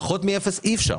פחות מאפס אי אפשר,